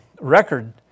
record